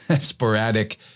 sporadic